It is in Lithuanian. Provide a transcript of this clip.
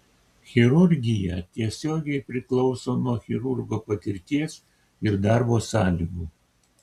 chirurgija tiesiogiai priklauso nuo chirurgo patirties ir darbo sąlygų